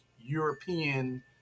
european